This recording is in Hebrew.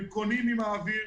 הם קונים עם אוויר.